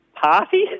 Party